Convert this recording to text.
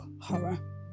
horror